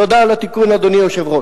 תודה על התיקון, אדוני היושב-ראש.